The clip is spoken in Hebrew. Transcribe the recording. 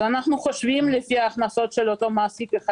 אז אנו חושבים לפי ההכנסות של אותו מעסיק אחד